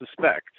suspect